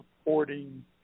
supporting